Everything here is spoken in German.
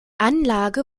anlage